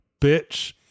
bitch